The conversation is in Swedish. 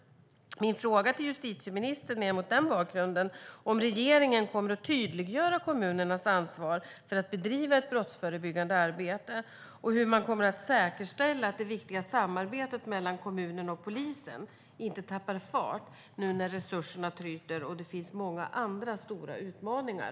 Min fråga till justitieministern är mot den bakgrunden om regeringen kommer att tydliggöra kommunernas ansvar för att bedriva ett brottsförebyggande arbete och hur man kommer att säkerställa att det viktiga samarbetet mellan kommunen och polisen inte tappar fart nu när resurserna tryter och det finns många andra stora utmaningar.